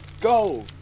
Go